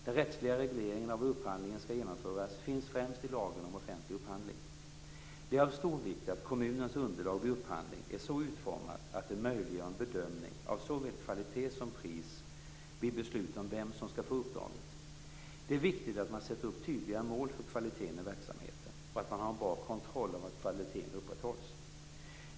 Den rättsliga regleringen av hur upphandlingen skall genomföras finns främst i lagen om offentlig upphandling. Det är av stor vikt att kommunens underlag vid upphandling är så utformat att det möjliggör en bedömning av såväl kvalitet som pris vid beslut om vem som skall få uppdraget. Det är viktigt att man sätter upp tydliga mål för kvaliteten i verksamheten och att man har en bra kontroll av att kvaliteten upprätthålls.